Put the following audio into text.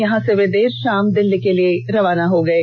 यहां से वे देर शाम में दिल्ली के लिए रवाना हो गये